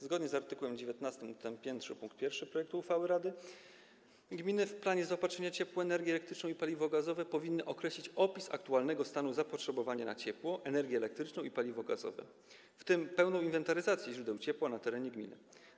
Zgodnie z art. 19 ust. 5 pkt 1 projekt uchwały rady gminy - plan zaopatrzenia w ciepło, energię elektryczną i paliwa gazowe powinien określać opis aktualnego stanu zapotrzebowania na ciepło, energię elektryczną i paliwa gazowe, w tym pełną inwentaryzację źródeł ciepła na terenie gminy.